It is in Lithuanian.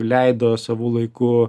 leido savu laiku